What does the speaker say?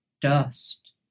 dust